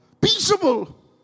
Peaceable